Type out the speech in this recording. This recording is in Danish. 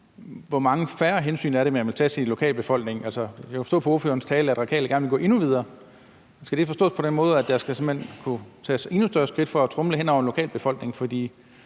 hvor mange færre hensyn er det, man vil tage til lokalbefolkningen? Altså, jeg kan forstå på ordførerens tale, at Radikale gerne vil gå endnu videre. Skal det forstås på den måde, at der simpelt hen skal kunne tages endnu større skridt for at tromle hen over en lokalbefolkning,